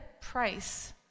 price